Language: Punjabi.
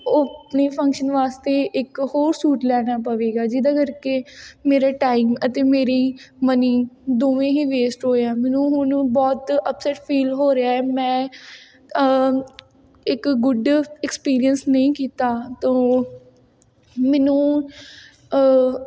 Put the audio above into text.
ਉਹ ਆਪਣੇ ਫੰਕਸ਼ਨ ਵਾਸਤੇ ਇੱਕ ਹੋਰ ਸੂਟ ਲੈਣਾ ਪਵੇਗਾ ਜਿਹਦੇ ਕਰਕੇ ਮੇਰੇ ਟਾਈਮ ਅਤੇ ਮੇਰੀ ਮਨੀ ਦੋਵੇਂ ਹੀ ਵੇਸਟ ਹੋਇਆ ਮੈਨੂੰ ਹੁਣ ਬਹੁਤ ਅਪਸੈਟ ਫੀਲ ਹੋ ਰਿਹਾ ਹੈ ਮੈਂ ਇੱਕ ਗੁੱਡ ਐਕਸਪੀਰੀਅੰਸ ਨਹੀਂ ਕੀਤਾ ਤੋ ਮੈਨੂੰ